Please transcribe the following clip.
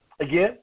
again